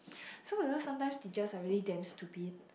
so because sometimes teachers are really damn stupid